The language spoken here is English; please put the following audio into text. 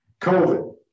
COVID